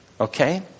okay